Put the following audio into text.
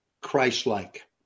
Christ-like